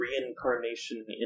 reincarnation